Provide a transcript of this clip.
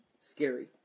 scary